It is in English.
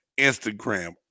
Instagram